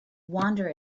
wander